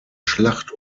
schlacht